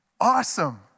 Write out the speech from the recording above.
Awesome